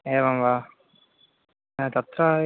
एवं वा तत्र